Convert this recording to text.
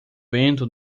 vento